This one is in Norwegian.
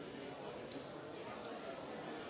ut